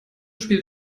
spielt